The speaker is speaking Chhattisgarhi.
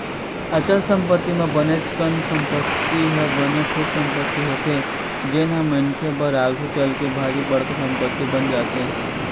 अचल संपत्ति म बनेच कन संपत्ति ह बने ठोस संपत्ति होथे जेनहा मनखे बर आघु चलके भारी बड़का संपत्ति बन जाथे